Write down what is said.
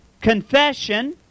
confession